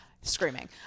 screaming